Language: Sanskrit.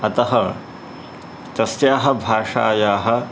अतः तस्याः भाषायाः